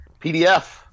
PDF